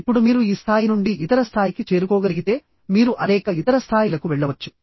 ఇప్పుడు మీరు ఈ స్థాయి నుండి ఇతర స్థాయికి చేరుకోగలిగితే మీరు అనేక ఇతర స్థాయిలకు వెళ్ళవచ్చు